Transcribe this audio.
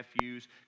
nephews